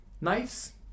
knives